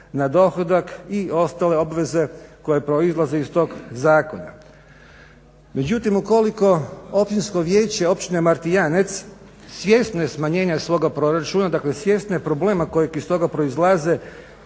na dohodak i ostale obveze koje proizlaze iz tog zakona. Međutim, ukoliko općinsko vijeće Općine Martijanec svjesno je smanjenja svoga proračuna, dakle svjesno je problema koji iz toga proizlaze,